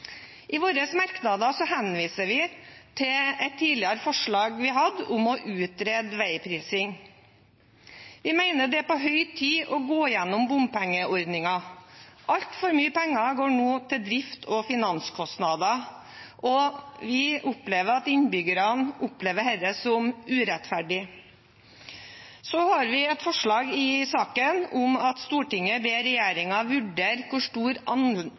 I våre merknader henviser vi til et tidligere forslag vi har hatt om å utrede veiprising. Vi mener det er på høy tid å gå igjennom bompengeordningen. Altfor mye penger går nå til drift og finanskostnader, og innbyggerne opplever dette som urettferdig. Vi har følgende forslag til saken: «Stortinget ber regjeringen vurdere hvor stor